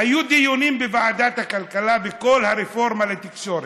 היו דיונים בוועדת הכלכלה בכל הרפורמה בתקשורת.